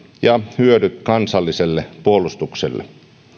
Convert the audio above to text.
ja hyödyt kansalliselle puolustukselle